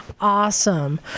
Awesome